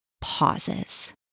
pauses